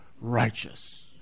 righteous